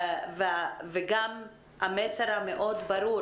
המסר ברור מאוד